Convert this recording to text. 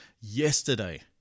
yesterday